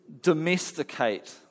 domesticate